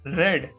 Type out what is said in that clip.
red